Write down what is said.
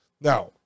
Now